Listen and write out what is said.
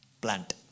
plant